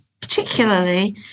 particularly